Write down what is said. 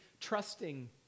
trusting